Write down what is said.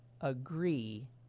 agree